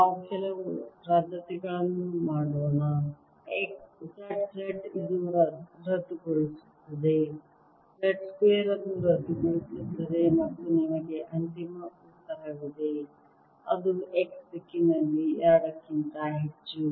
ನಾವು ಕೆಲವು ರದ್ದತಿಗಳನ್ನು ಮಾಡೋಣ z z ಇದು ರದ್ದುಗೊಳಿಸುತ್ತದೆ z ಸ್ಕ್ವೇರ್ ಅನ್ನು ರದ್ದುಗೊಳಿಸುತ್ತದೆ ಮತ್ತು ನಿಮಗೆ ಅಂತಿಮ ಉತ್ತರವಿದೆ ಅದು x ದಿಕ್ಕಿನಲ್ಲಿ 2 ಕ್ಕಿಂತ ಹೆಚ್ಚು